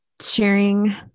sharing